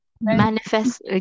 Manifest